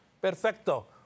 Perfecto